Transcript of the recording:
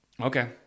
Okay